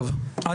טוב,